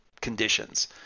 conditions